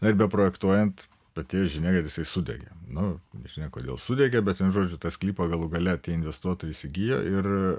na ir beprojektuojant atėjo žinia kad jisai sudegė nu nežinia kodėl sudegė bet žodžiu tą sklypą galų gale investuotojai įsigijo ir